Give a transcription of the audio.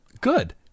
Good